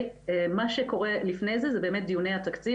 מה שקורה לפני זה זה באמת דיוני התקציב